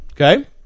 okay